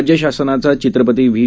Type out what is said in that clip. राज्य शासनाचा चित्रपती व्ही